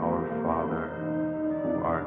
or are